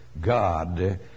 God